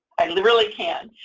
i literally can,